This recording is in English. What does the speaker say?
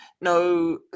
no